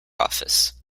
office